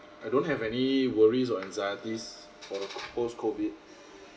I don't have any worries or anxieties for the post COVID